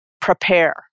prepare